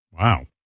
Wow